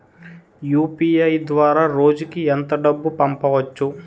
UPI ద్వారా రోజుకి ఎంత డబ్బు పంపవచ్చు?